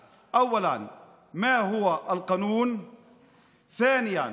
השלכות: ראשית, מהו החוק, שנית,